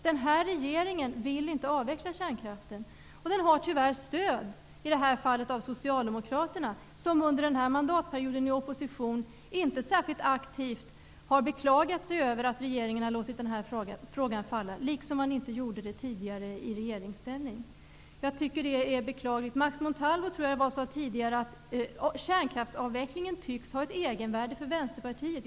Den nuvarande regeringen vill inte avveckla kärnkraften, och den har tyvärr stöd i det fallet av Socialdemokraterna, som under den här mandatperioden i opposition inte särskilt aktivt har beklagat sig över att regeringen har låtit frågan falla, liksom man inte gjorde det tidigare i regeringsställning. Jag tycker att det är beklagligt. Max Montalvo, tror jag det var, sade tidigare att kärnkraftsavvecklingen tycks ha ett egenvärde för Vänsterpartiet.